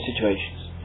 situations